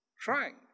trying